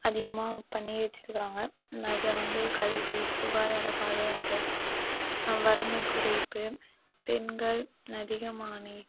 அதிகமாக பண்ணிக்கிட்டு இருக்காங்க அதில் வந்து கல்வி சுகாதார பாதுகாப்பு வறுமை குறைப்பு பெண்கள் அதிகமானி